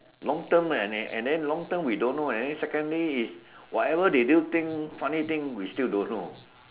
long term eh they and then long term we don't know and then secondly is whatever they do thing funny thing we still don't know